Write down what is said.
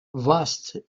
vaste